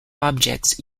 objects